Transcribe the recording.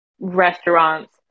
restaurants